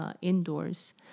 indoors